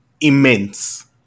immense